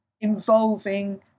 involving